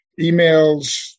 Emails